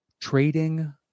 trading